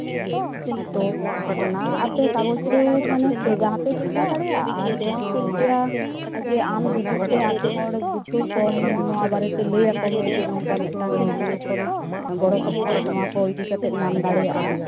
ᱟᱫᱚ ᱚᱱᱟ ᱟᱯᱮ ᱠᱟᱜᱚᱡᱽ ᱨᱮ ᱢᱟᱱᱮ ᱵᱷᱮᱡᱟ ᱦᱚᱸᱯᱮ ᱵᱷᱮᱡᱟ ᱫᱟᱲᱮᱭᱟᱜᱼᱟ ᱟᱨ ᱡᱩᱫᱤ ᱯᱮ ᱞᱟᱹᱭᱟ ᱡᱮ ᱟᱢ ᱦᱤᱡᱩᱜ ᱛᱮ ᱟᱛᱳ ᱦᱚᱲ ᱵᱩᱡᱷᱟᱹᱣ ᱠᱚᱢ ᱱᱚᱣᱟ ᱵᱟᱨᱮᱛᱮ ᱞᱟᱹᱭᱟᱠᱚ ᱢᱮ ᱡᱮ ᱱᱚᱝᱠᱟ ᱢᱤᱫᱴᱟᱝ ᱮᱱᱡᱤᱭᱳ ᱠᱷᱚᱱ ᱜᱚᱲᱚ ᱥᱚᱯᱚᱦᱚᱫ ᱱᱚᱣᱟᱠᱚ ᱤᱫᱤ ᱠᱟᱛᱮ ᱧᱟᱢ ᱫᱟᱲᱮᱭᱟᱜᱼᱟ